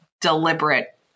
deliberate